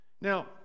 Now